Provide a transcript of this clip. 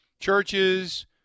Churches